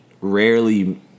rarely